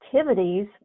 activities